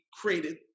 created